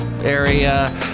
area